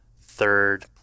third